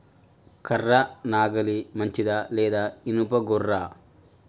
కర్ర నాగలి మంచిదా లేదా? ఇనుప గొర్ర?